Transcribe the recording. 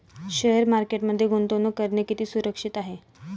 Share मार्केटमध्ये गुंतवणूक करणे किती सुरक्षित आहे?